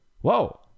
Whoa